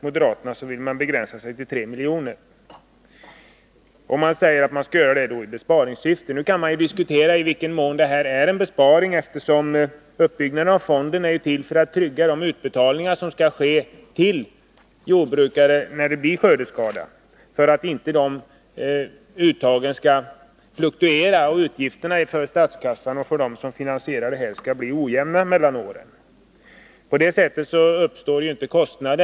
Moderaterna vill begränsa beloppet till 3 milj.kr. — i besparingssyfte, som man säger. Man kan diskutera i vad mån det här är fråga om att göra en besparing. Fonden är ju till för att trygga de utbetalningar som måste göras till Nr 107 jordbrukare i händelse av skördeskada. Avsikten är att det inte skall bli så stora fluktuationer mellan åren när det gäller utgifterna för statskassan och jordbruket som gemensamt finansierar skador av detta slag. Utgiften för fonden uppstår först när skadan är skedd.